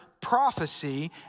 prophecy